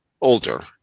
older